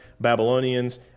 Babylonians